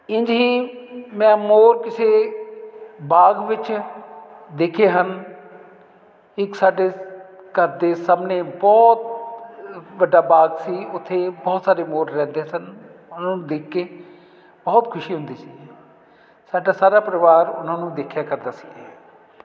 ਇੰਝ ਹੀ ਮੈਂ ਮੋਰ ਕਿਸੇ ਬਾਗ ਵਿੱਚ ਦੇਖੇ ਹਨ ਇਕ ਸਾਡੇ ਘਰ ਦੇ ਸਾਹਮਣੇ ਬਹੁਤ ਵੱਡਾ ਬਾਗ ਸੀ ਉੱਥੇ ਬਹੁਤ ਸਾਰੇ ਮੋਰ ਰਹਿੰਦੇ ਸਨ ਉਹਨਾਂ ਨੂੰ ਦੇਖ ਕੇ ਬਹੁਤ ਖੁਸ਼ੀ ਹੁੰਦੀ ਸੀ ਸਾਡਾ ਸਾਰਾ ਪਰਿਵਾਰ ਉਹਨਾਂ ਨੂੰ ਦੇਖਿਆ ਕਰਦਾ ਸੀ